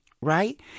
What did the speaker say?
right